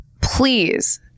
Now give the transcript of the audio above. Please